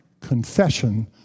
confession